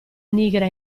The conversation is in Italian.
nigra